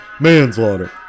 manslaughter